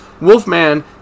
Wolfman